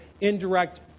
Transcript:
indirect